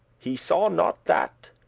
he saw not that.